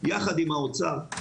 יחד עם האוצר,